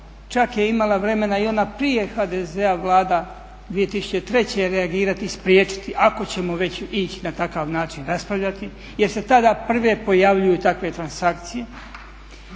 čak je imala vremena i ona prije HDZ-a Vlada 2003. reagirati i spriječiti ako ćemo već ići na takav način raspravljati jer se tada prve pojavljuju takve transakcije.